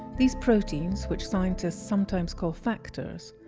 these proteins, which scientists sometimes call factors,